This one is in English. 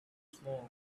smoke